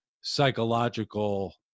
psychological